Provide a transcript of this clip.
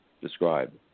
described